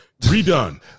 redone